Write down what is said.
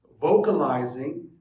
Vocalizing